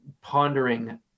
pondering